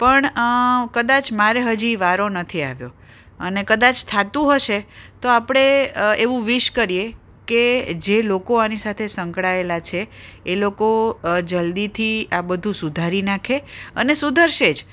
પણ કદાચ મારે હજી વારો નથી આવ્યો અને કદાચ થતું હશે તો આપળે એવું વીશ કરીએ કે જે લોકો આની સાથે સંકળાએલા છે એ લોકો જલ્દીથી આ બધુ સુધારી નાખે અને સુધરશે જ